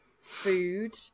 food